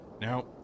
now